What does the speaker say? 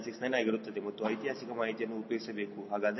969 ಆಗಿರುತ್ತದೆ ಮತ್ತು ಐತಿಹಾಸಿಕ ಮಾಹಿತಿಯನ್ನು ಉಪಯೋಗಿಸಬೇಕು